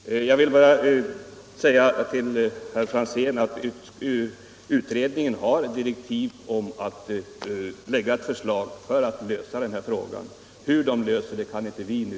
Herr talman! Jag vill bara säga till herr Franzén att utredningen har 24 november:1976 direktiv om att lägga fram ett förslag om den här frågans lösning. Hur man löser den kan inte vi nu säga.